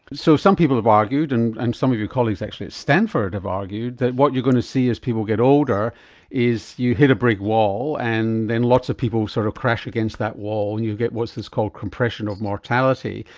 so some people have argued and and some of your colleagues actually at stanford have argued that what you're going to see as people get older is you hit a brick wall and then lots of people sort of crash against that wall and you get what's called compression of mortality,